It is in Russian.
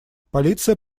полиция